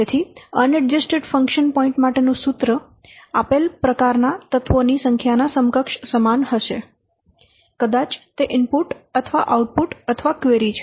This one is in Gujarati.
તેથી અનએડજસ્ટેડ ફંક્શન પોઇન્ટ માટેનું સૂત્ર આપેલ પ્રકારનાં તત્વોની સંખ્યાના સમકક્ષ સમાન હશે કદાચ તે ઇનપુટ અથવા આઉટપુટ અથવા ક્વેરી છે